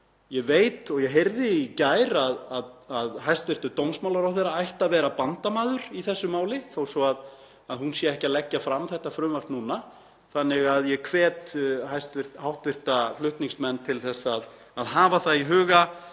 Ég veit og ég heyrði í gær að hæstv. dómsmálaráðherra ætli að vera bandamaður í þessu máli, þó svo að hann sé ekki að leggja fram þetta frumvarp núna. Ég hvet því hv. flutningsmenn til að hafa það í huga,